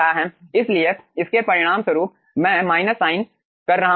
इसलिए इसके परिणामस्वरूप हम माइनस साइन कर रहे हैं